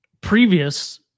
Previous